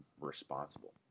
responsible